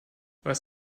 was